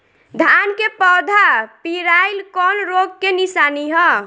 धान के पौधा पियराईल कौन रोग के निशानि ह?